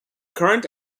current